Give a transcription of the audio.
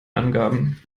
angaben